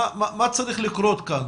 מה צריך לקרות כאן?